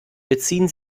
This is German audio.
beziehen